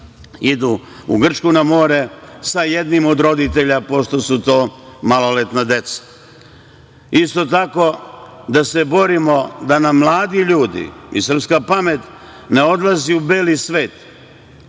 idu u Grčku na more sa jednim od roditelja, pošto su to maloletna deca. Isto tako da se borimo da nam mladi ljudi i srpska pamet ne odlazi u beli svet.